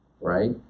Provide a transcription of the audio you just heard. right